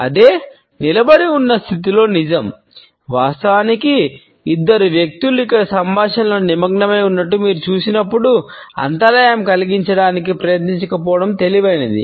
అదే నిలబడి ఉన్న స్థితిలో నిజం వాస్తవానికి ఇద్దరు వ్యక్తులు ఇక్కడ సంభాషణలో నిమగ్నమై ఉన్నట్లు మీరు చూసినప్పుడు అంతరాయం కలిగించడానికి ప్రయత్నించకపోవడం తెలివైనది